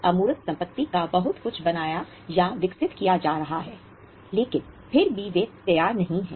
अमूर्त संपत्ति का बहुत कुछ बनाया या विकसित किया जा रहा है लेकिन फिर भी वे तैयार नहीं हैं